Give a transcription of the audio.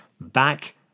back